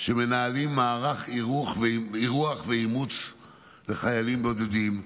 שמנהלים מערך אירוח ואימוץ לחיילים בודדים.